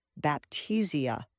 Baptisia